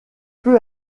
peu